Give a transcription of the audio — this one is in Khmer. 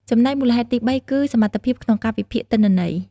ចំណែកមូលហេតុទីបីគឺ សមត្ថភាពក្នុងការវិភាគទិន្នន័យ។